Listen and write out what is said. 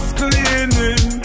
cleaning